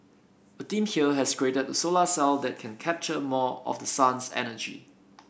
a team here has created a solar cell that can capture more of the sun's energy